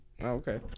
okay